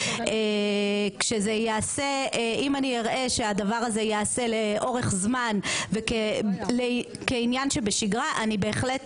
אם אני אראה שהדבר הזה ייעשה לאורך זמן וכעניין שבשגרה אני בהחלט